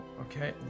Okay